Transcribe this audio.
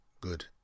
good